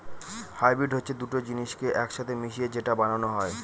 hybrid হচ্ছে দুটো জিনিসকে এক সাথে মিশিয়ে যেটা বানানো হয়